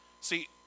See